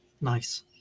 Nice